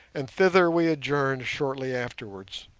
and thither we adjourned shortly afterwards.